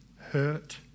hurt